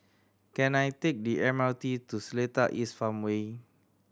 can I take the M R T to Seletar East Farmway